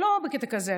לא בקטע כזה,